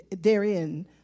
therein